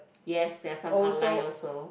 yes there are some outline also